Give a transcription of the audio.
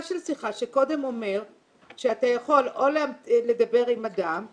של שיחה שקודם אומר שאתה יכול או לדבר עם אדם,